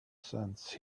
sense